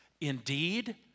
Indeed